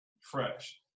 fresh